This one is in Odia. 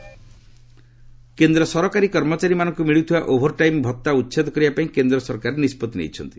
ସେଣ୍ଟର କେନ୍ଦ୍ର ସରକାରୀ କର୍ମଚାରୀମାନଙ୍କୁ ମିଳୁଥିବା ଓଭରଟାଇମ୍ ଭତ୍ତା ଉଚ୍ଛେଦ କରିବା ପାଇଁ କେନ୍ଦ୍ର ସରକାର ନିଷ୍ପତ୍ତି ନେଇଛନ୍ତି